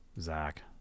Zach